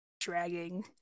dragging